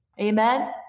Amen